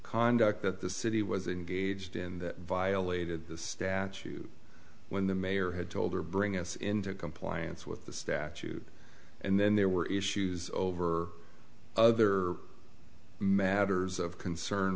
conduct that the city was engaged in that violated the statute when the mayor had told her bring us into compliance with the statute and then there were issues over other matters of concern